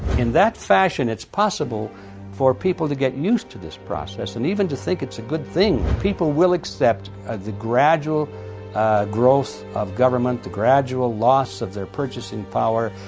in that fashion it's possible for people to get used to this process and even to think it's a good thing. people will accept the gradual growth of government, the gradual loss of their purchasing power,